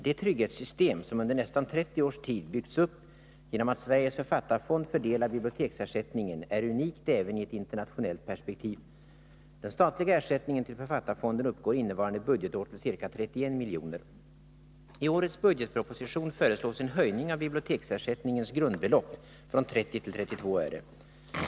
Det trygghetssystem som under nästan 30 års tid byggts upp genom att Sveriges författarfond fördelar biblioteksersättningen är unikt även i ett internationellt perspektiv. Den statliga ersättningen till författarfonden uppgår innevarande budgetår till ca 31 milj.kr. I årets budgetproposition föreslås en höjning av biblioteksersättningens grundbelopp från 30 till 32 öre.